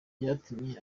byatumye